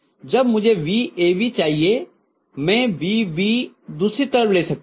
जब मुझे vAB चाहिए मैं vB दूसरी तरफ ले सकती हूँ